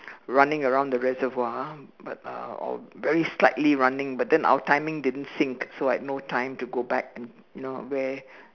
running around the reservoir but uh very slightly running but then our timing didn't sync so I had no time to go back and you know wear